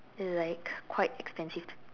it's like quite expensive